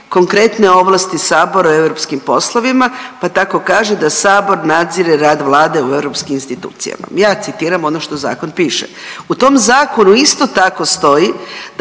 konkretne ovlasti sabora o europskim poslovima, pa tako kaže da sabor nadzire rad Vlade u europskim institucijama, ja citiram ono što zakon piše. U tom zakonu isto tako stoji